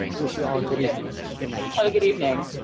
wish you all a good evening or good night. have a good evening.